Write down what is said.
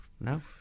no